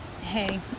Hey